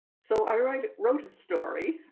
so i wrote a story.